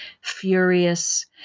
furious